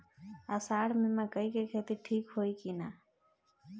अषाढ़ मे मकई के खेती ठीक होई कि ना?